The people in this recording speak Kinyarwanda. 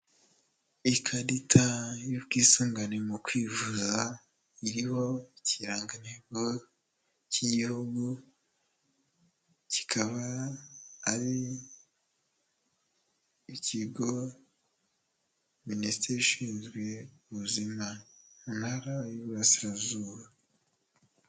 Ikarita y'ubwisungane mu kwivuza, iriho ikirangantego k'igihugu, kikaba ari ikigo Minisiteri ishinzwe ubuzima mu ntara y'uburasirazuba.